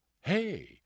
hey